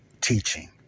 teaching